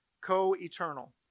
Co-eternal